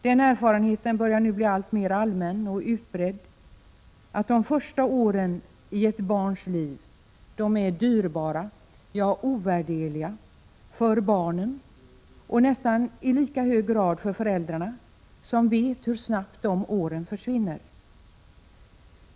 Den erfarenheten börjar nu bli alltmer allmän och utbredd, att de första åren i ett barns liv är dyrbara, ja, ovärderliga för barnen och i nästan lika hög grad för föräldrarna, som vet hur snabbt dessa år försvinner.